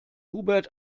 hubert